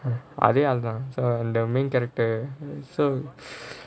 அதே ஆளு தான் அந்த:athae aalu thaan antha the main character so